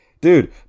dude